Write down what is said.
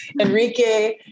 Enrique